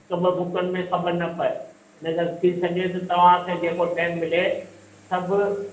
हिकु ॿ बुकनि में ख़बरु न पए इनकरे थी सघे त तव्हांखे जेको टएम मिले सभु